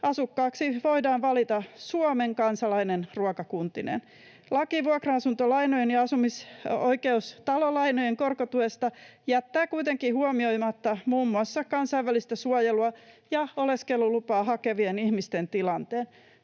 asukkaaksi voidaan valita Suomen kansalainen ruokakuntineen. Laki vuokra-asuntolainojen ja asumisoikeustalolainojen korkotuesta jättää kuitenkin huomioimatta muun muassa kansainvälistä suojelua ja oleskelulupaa hakevien ihmisten tilanteen.